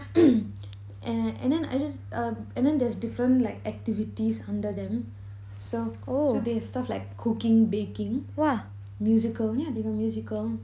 and I and then I just err and then there's different like activities under them so so they have stuff like cooking baking musical yeah they got musical